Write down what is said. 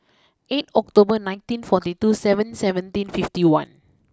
eight October nineteen forty two seven seventeen fifty one